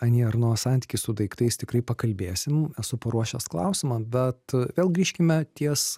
ani erno santykį su daiktais tikrai pakalbėsim esu paruošęs klausimą bet vėl grįžkime ties